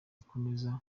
akomeza